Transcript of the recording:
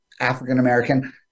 African-American